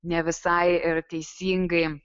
ne visai ir teisingai